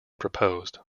proposed